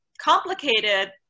complicated